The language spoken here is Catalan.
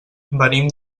venim